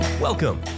Welcome